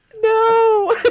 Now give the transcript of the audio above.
No